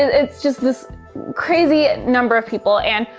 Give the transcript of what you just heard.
it's just this crazy number of people. and,